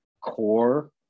core